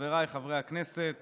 חבר הכנסת